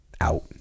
out